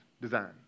design